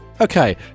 Okay